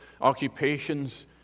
occupations